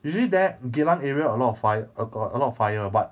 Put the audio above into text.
usually there geylang area a lot of fire got got a lot of fire but